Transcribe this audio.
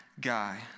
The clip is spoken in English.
guy